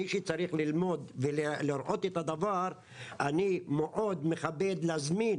מי שצריך ללמוד ולראות את הדבר אני מאוד מכבד להזמין